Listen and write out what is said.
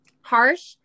harsh